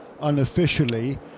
unofficially